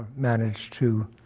managed to